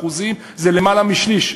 באחוזים זה למעלה משליש,